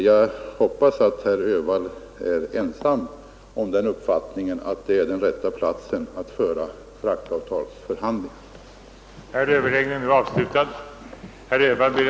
Jag hoppas att herr Öhvall är ensam om uppfattningen att det är den rätta platsen att föra fraktavtalsförhandlingar på.